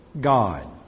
God